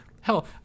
Hell